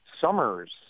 Summers